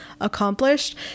accomplished